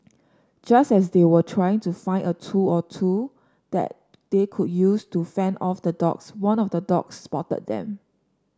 just as they were trying to find a tool or two that they could use to fend off the dogs one of the dogs spotted them